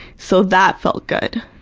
so that felt good,